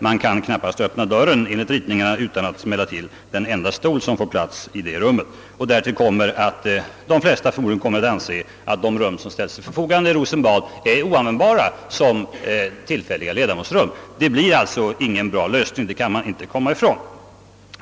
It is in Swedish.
Man kan enligt ritningarna knappast öppna dörren utan att smälla till den enda stol som får plats. Därtill kommer att de flesta förmodligen kommer att anse att de rum som ställs till förfogande i Rosenbad är oanvändbara som tillfälliga ledamotsrum. Det blir alltså ingen bra lösning, det kan man inte komma ifrån.